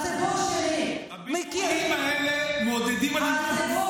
הציבור שלי, הדיבורים האלה מעודדים אלימות.